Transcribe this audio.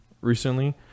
recently